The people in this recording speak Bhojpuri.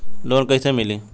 लोन कईसे मिली?